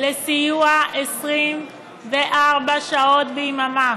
לסיוע 24 שעות ביממה.